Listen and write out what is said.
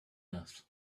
earth